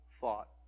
thought